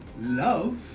love